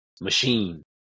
machine